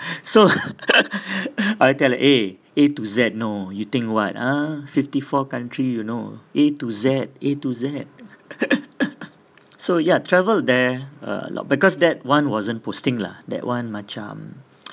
so I tell eh A to Z know you think what ah fifty-four country you know A to Z A to Z so ya travel there a lot because that [one] wasn't posting lah that [one] macam